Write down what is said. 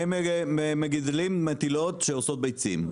הם מגדלים מטילות שעושות ביצים.